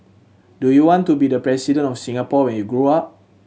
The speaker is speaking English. do you want to be the President of Singapore when you grow up